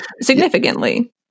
significantly